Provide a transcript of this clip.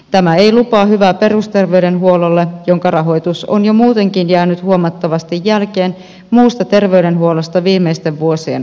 tämä ei lupaa hyvää perusterveydenhuollolle jonka rahoitus on jo muutenkin jäänyt huomattavasti jälkeen muusta terveydenhuollosta viimeisten vuosien aikana